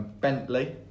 Bentley